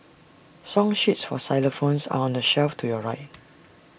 song sheets for xylophones are on the shelf to your right